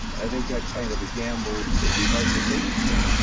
i think that kind of a gamble would be hard to take today.